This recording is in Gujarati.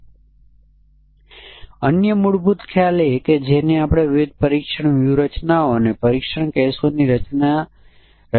આપણી પાસે એક 5000 5001 4999 1 0 2 અને વધુ અન્ય કોઈપણ મૂલ્ય જે સમકક્ષ વર્ગનો પ્રતિનિધિ હશે તે 1000 હોઈ શકે છે